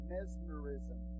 Mesmerism